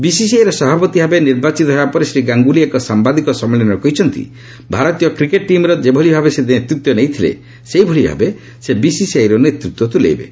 ବିସିସିଆଇର ସଭାପତି ଭାବେ ନିର୍ବାଚିତ ହେବା ପରେ ଶ୍ରୀ ଗାଙ୍ଗୁଲି ଏକ ସାମ୍ବାଦିକ ସମ୍ମିଳନୀରେ କହିଛନ୍ତି ଭାରତୀୟ କ୍ରିକେଟ୍ ଟିମ୍ର ଯେଭଳି ଭାବେ ସେ ନେତୃତ୍ୱ ନେଇଥିଲେ ସେହିଭଳି ଭାବେ ସେ ବିସିସିଆଇର ନେତୃତ୍ୱ ତୁଲାଇବେ